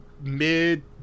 mid